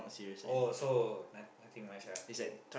oh so n~ nothing much lah okay